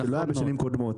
שלא היה בשנים קודמות.